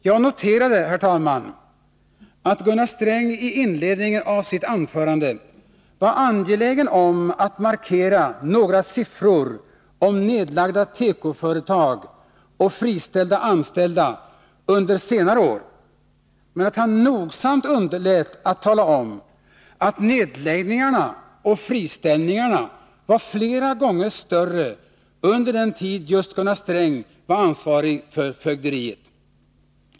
Jag noterade, herr talman, att Gunnar Sträng i inledningen av sitt anförande var angelägen om att markera några siffror om nedlagda tekoföretag och friställda arbetstagare under senare år. Men han underlät nogsamt att tala om att nedläggningarna och friställningarna var flera gånger större under den tid Gunnar Sträng var ansvarig för fögderiet.